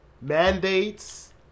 mandates